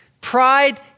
Pride